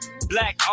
Black